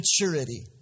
maturity